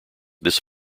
this